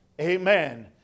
Amen